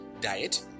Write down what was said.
diet